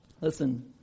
Listen